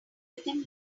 within